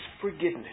forgiveness